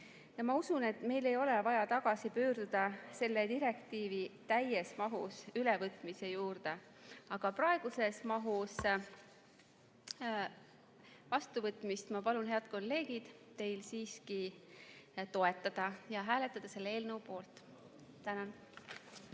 Ma usun, et meil ei ole vaja tagasi pöörduda selle direktiivi täies mahus ülevõtmise juurde. Aga praeguses mahus vastuvõtmist ma palun, head kolleegid, teil siiski toetada ja hääletada selle eelnõu poolt. Tänan!